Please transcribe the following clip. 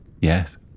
yes